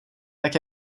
tak